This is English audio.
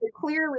Clearly